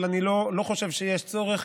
אבל אני לא חושב שיש צורך,